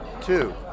Two